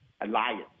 Alliance